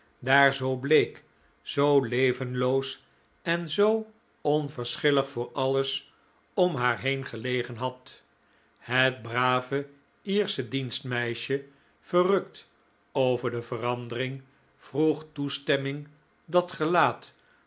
daar zoo bleek zoo levenloos en zoo onverschillig voor alles om haar heen gelegen had het brave iersche dienstmeisje verrukt over de verandering vroeg toestemming dat gelaat